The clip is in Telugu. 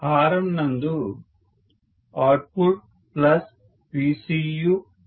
హారం నందు OutputPcuPi అవుతుంది